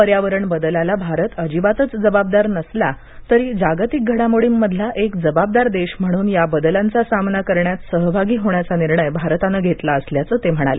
पर्यावरण बदलाला भारत अजिबातच जबाबदार नसला तरी जागतिक घडामोडींमधला एक जबाबदार देश म्हणून या बदलांचा सामना करण्यात सहभागी होण्याचा निर्णय भारतानं घेतला असल्याचं त्यांनी सांगितलं